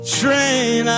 train